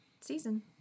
season